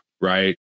Right